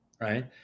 right